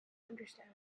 understood